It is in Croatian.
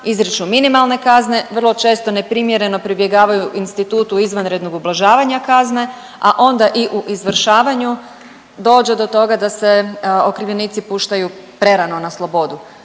izriču minimalne kazne, vrlo često neprimjereno pribjegavaju institutu izvanrednog ublažavanja kazne, a onda i u izvršavanju dođe do toga da se okrivljenici puštaju prerano na slobodu.